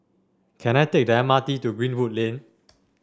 can I take the M R T to Greenwood Lane